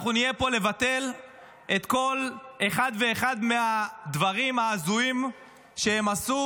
אנחנו נהיה פה לבטל את כל אחד ואחד מהדברים ההזויים שהם עשו.